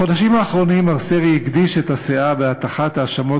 בחודשים האחרונים מר סרי הגדיש את הסאה בהטחת האשמות